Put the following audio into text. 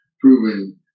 proven